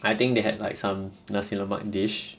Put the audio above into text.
I think they had like some nasi lemak dish